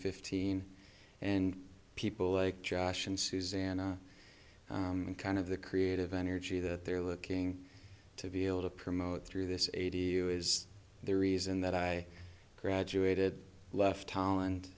fifteen and people like josh and susanna and kind of the creative energy that they're looking to be able to promote through this eighty you is the reason that i graduated left tallent